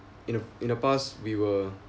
in the in the past we were